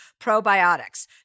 probiotics